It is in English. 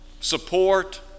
support